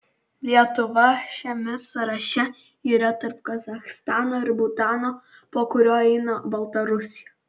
lietuva šiame sąraše yra tarp kazachstano ir butano po kurio eina baltarusija